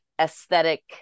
aesthetic